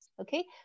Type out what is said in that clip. Okay